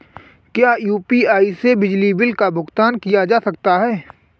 क्या यू.पी.आई से बिजली बिल का भुगतान किया जा सकता है?